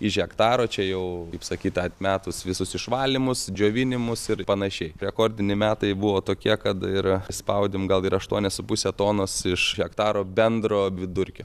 iš hektaro čia jau kaip sakyt atmetus visus išvalymus džiovinimus ir panašiai rekordiniai metai buvo tokie kad ir išspaudėm gal ir aštuonias su puse tonos iš hektaro bendro vidurkio